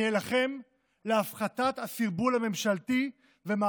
אני אילחם על הפחתת הסרבול הממשלתי ועל